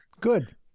Good